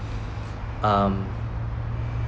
um